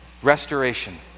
Restoration